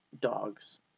dogs